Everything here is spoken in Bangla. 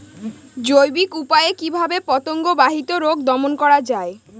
জৈবিক উপায়ে কিভাবে পতঙ্গ বাহিত রোগ দমন করা যায়?